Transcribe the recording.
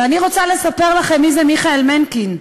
ואני רוצה לספר לכן מי זה מיכאל מנקין.